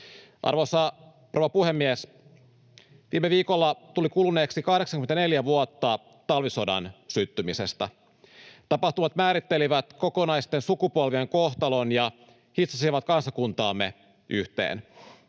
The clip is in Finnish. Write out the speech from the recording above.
rouva puhemies! Viime viikolla tuli kuluneeksi 84 vuotta talvisodan syttymisestä. Tapahtumat määrittelivät kokonaisten sukupolvien kohtalon ja hitsasivat kansakuntaamme yhteen.